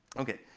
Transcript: ok,